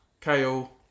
kale